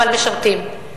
אבל משרתים.